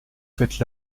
faites